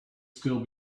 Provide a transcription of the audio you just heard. still